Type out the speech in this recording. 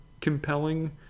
compelling